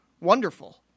wonderful